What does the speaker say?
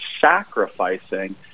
sacrificing